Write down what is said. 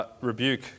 rebuke